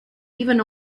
even